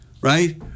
right